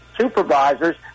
supervisors